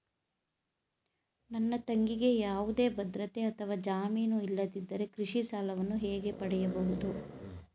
ನನ್ನ ತಂಗಿಗೆ ಯಾವುದೇ ಭದ್ರತೆ ಅಥವಾ ಜಾಮೀನು ಇಲ್ಲದಿದ್ದರೆ ಕೃಷಿ ಸಾಲವನ್ನು ಹೇಗೆ ಪಡೆಯಬಹುದು?